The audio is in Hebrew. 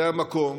זה המקום